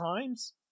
times